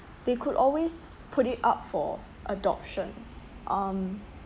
they could always put it up for adoption um